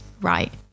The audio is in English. right